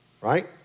right